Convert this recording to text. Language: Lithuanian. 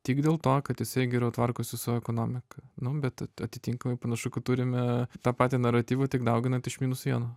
tik dėl to kad jisai geriau tvarkosi su ekonomika nu bet atitinkamai panašu kad turime tą patį naratyvą tik dauginant iš minus vieno